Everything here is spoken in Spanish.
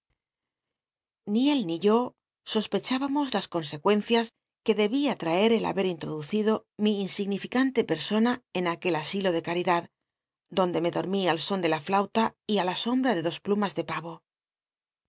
i él ni yo sospechábamos las consecuencias que debia traca el haber introducido mi insignificante persona en aquel asilo de caridad donde me dormí al son de la flauta y ü la som bra tic dos plumas de pavo